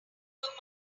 market